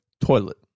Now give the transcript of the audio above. toilet